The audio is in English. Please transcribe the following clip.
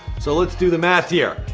so let's do the math here,